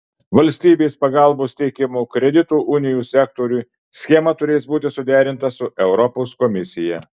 valstybės pagalbos teikimo kredito unijų sektoriui schema turės būti suderinta su europos komisija